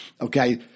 Okay